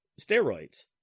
steroids